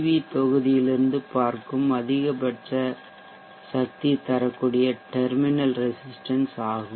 we தொகுதியிலிருந்து பார்க்கும் அதிகபட்ச சக்தி தரக்கூடிய டெர்மினல் ரெசிஸ்ட்டன்ஸ் ஆகும்